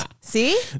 see